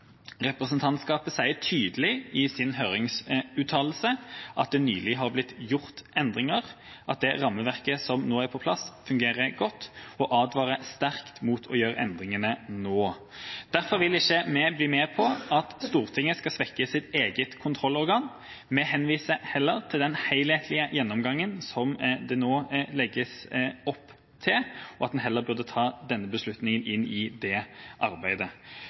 Representantskapet sier tydelig i sin høringsuttalelse at det nylig har blitt gjort endringer, at det rammeverket som nå er på plass, fungerer godt, og advarer sterkt mot å gjøre endringene nå. Derfor vil ikke vi bli med på at Stortinget skal svekke sitt eget kontrollorgan. Vi henviser heller til den helhetlige gjennomgangen som det nå legges opp til, og at man heller burde ta denne beslutningen inn i det arbeidet.